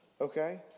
Okay